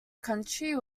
county